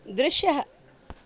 दृश्यः